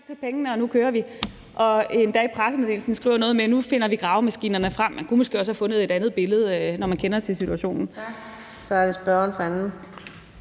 Så er det spørgeren for anden